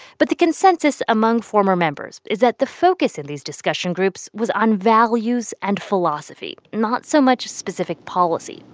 but the consensus among former members is that the focus in these discussion groups was on values and philosophy, not so much specific policy.